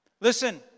Listen